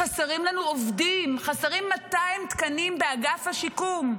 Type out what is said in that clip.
חסרים לנו עובדים, חסרים 200 תקנים באגף השיקום,